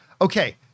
Okay